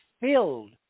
filled